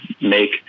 Make